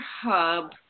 hub